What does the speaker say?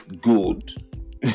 good